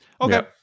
Okay